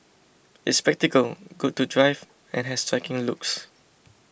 it's practical good to drive and has striking looks